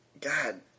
God